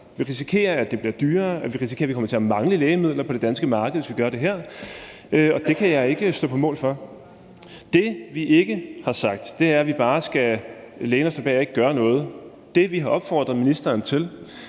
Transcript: vi risikerer at det bliver dyrere, og vi risikerer at komme til at mangle lægemidler på det danske marked, hvis vi gør det her, og det kan jeg ikke stå på mål for. Det, vi ikke har sagt, er, at man bare skal læne sig tilbage og ikke gøre noget. Det, vi har opfordret ministeren til